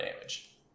damage